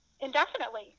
indefinitely